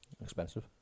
Expensive